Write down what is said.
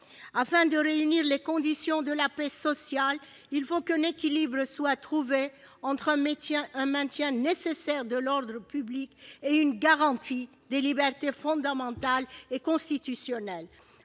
Afin de réunir les conditions de la paix sociale, il faut qu'un équilibre soit trouvé entre le nécessaire maintien de l'ordre public et la garantie des libertés fondamentales et constitutionnelles.